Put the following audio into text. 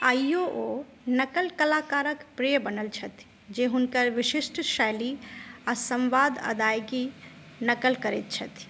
आइयो ओ नकल कलाकारक प्रिय बनल छथि जे हुनकर विशिष्ट शैली आ सम्वाद अदायगी नकल करैत छथि